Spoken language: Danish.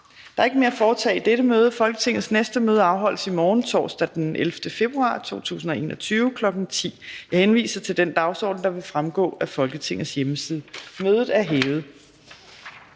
Der er ikke mere at foretage i dette møde. Folketingets næste møde afholdes i morgen, torsdag den 11. februar 2021, kl. 10.00. Jeg henviser til den dagsorden, der vil fremgå af Folketingets hjemmeside. Mødet er hævet.